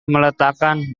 meletakkan